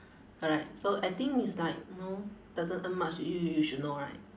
correct so I think is like you know doesn't earn much you you you you should know right